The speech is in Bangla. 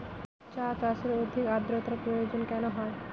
চা চাষে অধিক আদ্রর্তার প্রয়োজন কেন হয়?